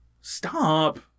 Stop